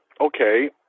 okay